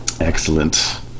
Excellent